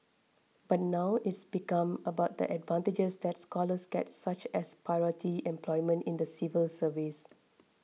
but now it's become about the advantages that scholars get such as priority employment in the civil service